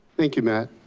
thank you matt.